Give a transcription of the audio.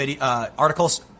articles